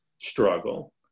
struggle